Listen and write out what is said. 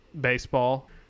baseball